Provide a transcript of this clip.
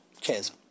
Cheers